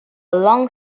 long